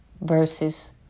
verses